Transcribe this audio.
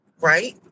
Right